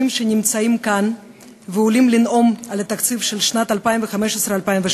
שנמצאים כאן ועולים לנאום על התקציב של שנת 2015 2016,